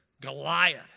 Goliath